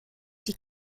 die